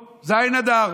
הדתות,